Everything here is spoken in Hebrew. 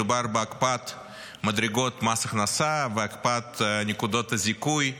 מדובר בהקפאת מדרגות מס הכנסה והקפאת נקודות הזיכוי ממס.